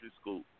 School